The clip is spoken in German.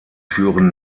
führen